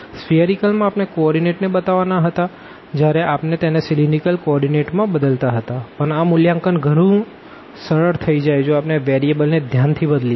spherical માં આપણે coordinate ને બતાવવાના હતા જયારે આપણે તેને સીલીન્દ્રીકલ કો ઓર્ડીનેટ માં બદલતા હતા પણ આ મૂલ્યાંકન ગણું સરળ થઇ જાય જો આપણે વેરીએબલ ને ધ્યાન થી બદલીએ